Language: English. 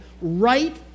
right